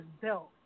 built